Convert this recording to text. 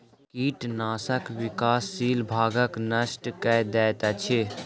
कीट शस्यक विकासशील भागक नष्ट कय दैत अछि